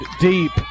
deep